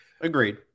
Agreed